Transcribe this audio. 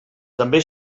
també